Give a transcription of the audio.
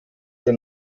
der